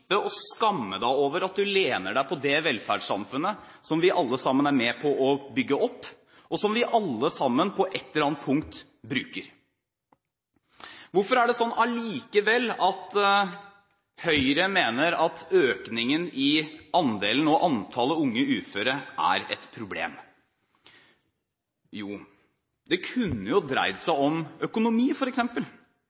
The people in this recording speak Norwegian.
skamme deg over at du lener deg på det velferdssamfunnet som vi alle sammen er med på å bygge opp, og som vi alle sammen, på et aller annet punkt, bruker. Hvorfor er det allikevel slik at Høyre mener at økningen i andelen og antallet unge uføre er et problem? Det kunne jo dreid seg